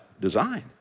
design